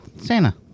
Santa